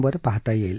वर पाहता येईल